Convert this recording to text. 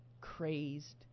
crazed